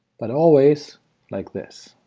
but always like this